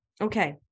Okay